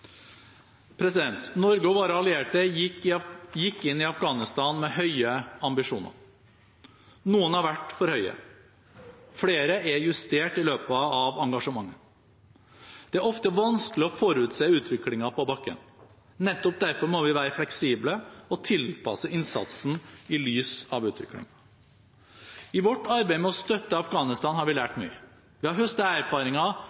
Norge og våre allierte gikk inn i Afghanistan med høye ambisjoner. Noen har vært for høye, flere er justert i løpet av engasjementet. Det er ofte vanskelig å forutse utviklingen på bakken. Nettopp derfor må vi være fleksible og tilpasse innsatsen i lys av utviklingen. I vårt arbeid med å støtte Afghanistan har vi lært mye. Vi har høstet erfaringer